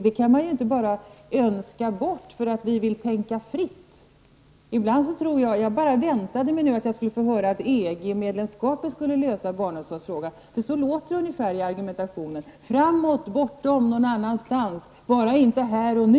Man kan ju inte bara önska bort detta, därför att man vill tänka fritt. Jag väntade mig bara att jag skulle få höra att EG medlemskapet skulle lösa barnomsorgsfrågan. Ungefär så låter nämligen argumentationen. Framåt, bortom, någonstans -- bara inte här och nu.